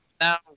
now